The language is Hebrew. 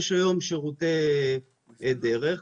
יש היום שירותי דרך,